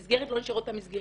המסגרת לא נשארת אותה מסגרת,